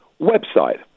website